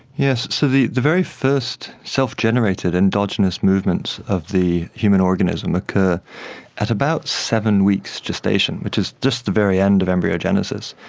yes, so the the very first self-generated endogenous movements of the human organism occur at about seven weeks gestation, which is just the very end of embryogenesis.